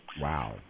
Wow